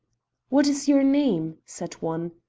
what is your name? said one.